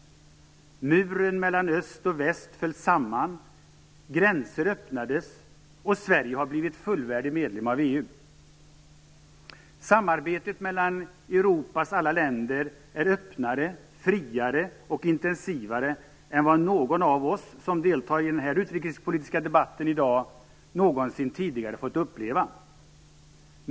Muren mellan öst och väst föll samman, gränser öppnades och Sverige har blivit fullvärdig medlem av EU. Samarbetet mellan Europas alla länder är öppnare, friare och intensivare än vad någon av oss som deltar i den utrikespolitiska debatten här i dag någonsin tidigare fått uppleva.